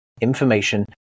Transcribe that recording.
information